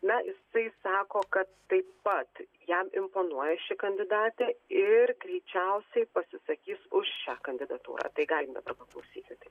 na jisai sako kad taip pat jam imponuoja ši kandidatė ir greičiausiai pasisakys už šią kandidatūrą tai galime paklausyti tai